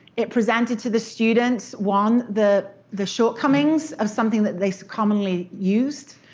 it presented to the students, one, the the shortcomings of something that they so commonly used.